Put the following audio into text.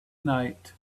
night